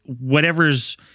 whatever's